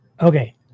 Okay